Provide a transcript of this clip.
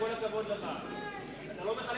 אתה לא מחלק